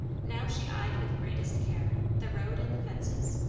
now she eyed with greatest care the road and the fences,